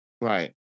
Right